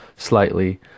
Slightly